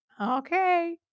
Okay